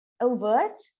overt